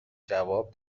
جواب